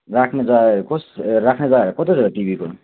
राख्ने जग्गाहरू कस्तो राख्ने जग्गाहरू कत्रो छ टिभीको